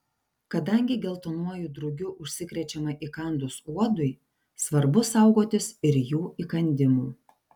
kadangi geltonuoju drugiu užsikrečiama įkandus uodui svarbu saugotis ir jų įkandimų